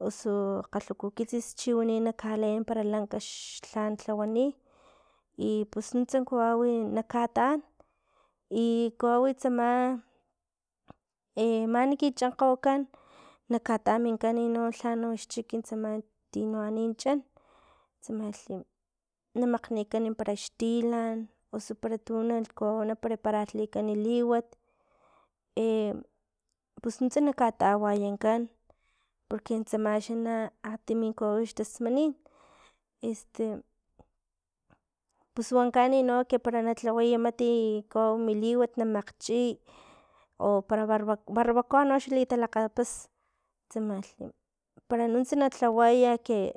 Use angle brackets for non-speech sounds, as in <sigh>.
osukgalhakukitsis chiwani na kaleen para lanka lha lhawani i pus nuntsa kawawi nakataan, i kawau tsama e mani kichankgokan nakataminkan no lhanox chiki tsama tino anin chan, tsamalhi na makgnikan para xtilan osu para tu kawau na prepararlikan liwat, <hesitation> pus nuntsa na katawayankan porque tsama xa akgtimi kawau xtasmanin este pus wankani no para na lhawaya mati kawau mi liwat na makgchiy o para barba- barbacoa noxa talilakgapas tsamlhi para nuntsa na lhawaya ke.